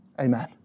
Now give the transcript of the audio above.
Amen